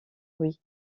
bruit